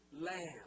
lamb